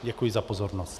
Děkuji za pozornost.